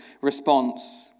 response